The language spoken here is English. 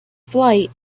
flight